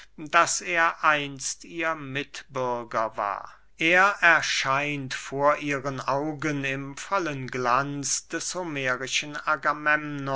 daß er einst ihr mitbürger war er erscheint vor ihren augen im vollen glanz des homerischen